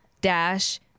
dash